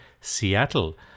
Seattle